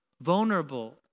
vulnerable